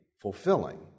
fulfilling